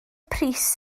pris